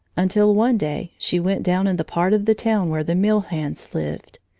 until one day she went down in the part of the town where the mill hands lived.